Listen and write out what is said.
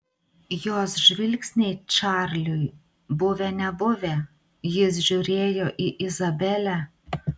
jos žvilgsniai čarliui buvę nebuvę jis žiūrėjo į izabelę